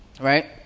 Right